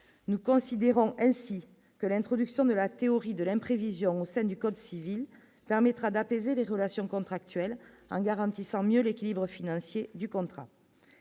nous considérons ainsi que l'introduction de la théorie de l'imprévision du code civil, permettra d'apaiser les relations contractuelles en garantissant mieux l'équilibre financier du contrat,